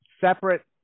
separate